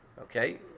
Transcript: okay